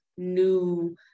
new